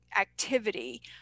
activity